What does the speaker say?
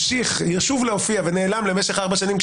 ישוב להופיע הוא נעלם למשך ארבע שנים,